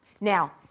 Now